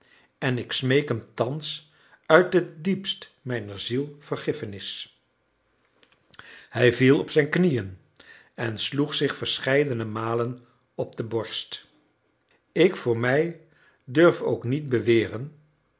en ik smeek hem thans uit het diepst mijner ziel vergiffenis hij viel op zijn knieën en sloeg zich verscheidene malen op de borst ik voor mij durf ook niet beweren